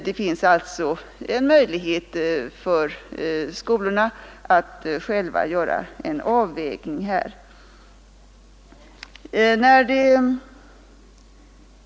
Det finns alltså en möjlighet för skolorna att själva göra en avvägning här.